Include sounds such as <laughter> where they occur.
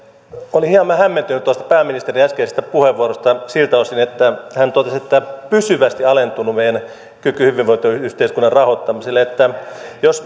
olen hieman hämmentynyt tuosta pääministerin äskeisestä puheenvuorosta siltä osin että hän totesi että on pysyvästi alentunut meidän kykymme hyvinvointiyhteiskunnan rahoittamiseen jos <unintelligible>